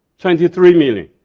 twenty three million.